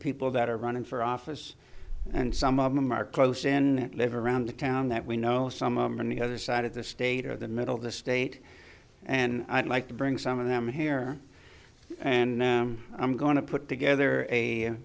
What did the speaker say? people that are running for office and some of them are close in live around the town that we know some of the other side of the state or the middle of the state and i'd like to bring some of them here and i'm going to put together a